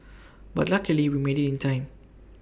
but luckily we made IT in time